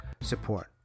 support